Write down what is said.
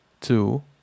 two